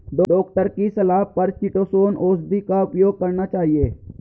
doctor की सलाह पर चीटोसोंन औषधि का उपयोग करना चाहिए